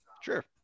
Sure